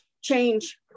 change